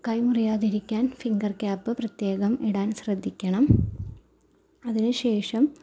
കൈ മുറിയാതിരിക്കാൻ finger cap പ്രത്യേകം ഇടാൻ ശ്രദ്ധിക്കണം അതിന് ശേഷം